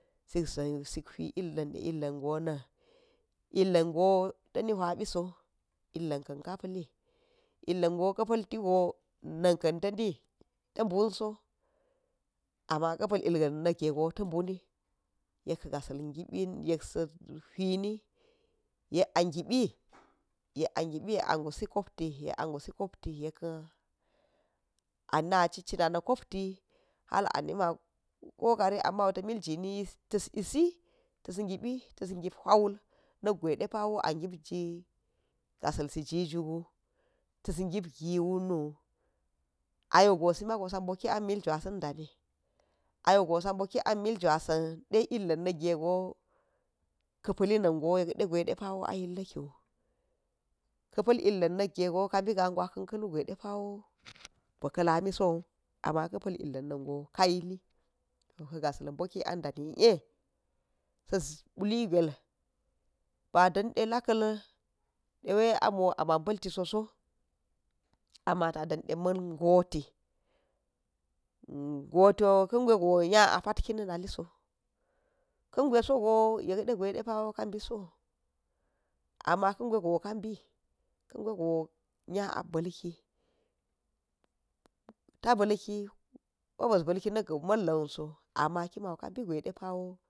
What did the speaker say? Sik za̱n, sik hiu illanɗe illango na̱n illa̱n go ta̱ni huipiso, illaṉta̱n ka̱ pa̱lli, illa̱ngo ka̱ pa̱ltigo na̱nan ta̱ni, ta̱ bunso, amma a̱ pa̱l ilga̱n na̱k gego ta̱ buni, yekka̱ ga̱sa̱l gibin yeksa̱ huini, yek a gibi yek a gibi yek a gusi kpti, yek a gusi kopti yekka̱n ana̱ at cina na̱ kopti ha̱l a na̱ma̱ kokari ammau ta̱ miljini ta̱s yisita̱s gibi ta̱ssip huiwul, nakgwa̱i depa̱wa agip ji ga̱sa̱lsi jijugu, ta̱s gip giwunu, ayogo simago sa̱ boki an mil jwa̱sa̱n danin ayogo sa̱ boki an mil wasan ɗe illa̱n naggego ka̱ pa̱lli na̱ngo yekde gwa̱ depa̱ a yilla̱kiwu ka̱pa̱l illa̱n nak gejo ka̱bi gagwa̱ kan ka̱lu gwai depa̱wo ba̱ ḵa lami sowu apa̱ ka̱pa̱l ka̱pa̱l illa̱n nango ka̱ yili ka̱ ga̱sa̱l boki an ɗani i. a sa̱ za̱ buli gwail, ba̱ ɗanɗe la̱ka̱l dewa̱i amo a ma̱n pa̱lti soso, amma ta̱ɗan ɗe ma̱n goti, gotiwo ka̱ gwag nya a patki na̱ naliso, ka̱ gwai sogo yekɗe gicai ɗepa̱wo ka̱ bison amma ka gwaigo ka̱ bi, ka gwaigo nya a ḇalki, ta̱ ba̱lki ko bis ba̱lki na̱kga ma̱lla̱nso amma ki mau kibi gwai depawo